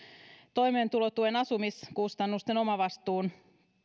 toimeentulotuen asumiskustannusten omavastuun